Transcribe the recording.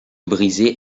brisait